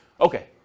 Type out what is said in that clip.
Okay